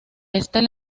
este